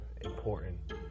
important